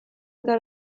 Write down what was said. eta